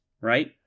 right